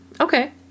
Okay